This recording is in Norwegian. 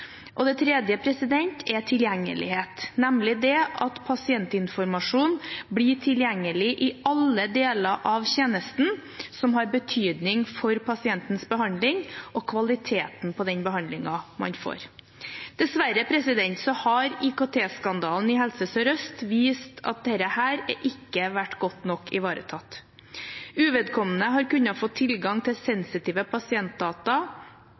dem. Det tredje er tilgjengelighet, nemlig at pasientinformasjon blir tilgjengelig i alle deler av tjenesten som har betydning for pasientens behandling og kvaliteten på den behandlingen man får. Dessverre har IKT-skandalen i Helse Sør-Øst vist at dette ikke har vært godt nok ivaretatt. Uvedkommende har kunnet få tilgang til sensitive pasientdata